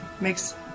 makes